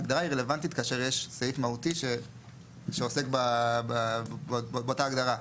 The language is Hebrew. ההגדרה היא רלוונטית כאשר יש סעיף מהותי שעוסק באותה הגדרה.